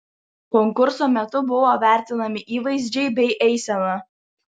konkurso metu buvo vertinami įvaizdžiai bei eisena